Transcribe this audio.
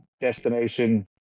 destination